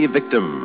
Victim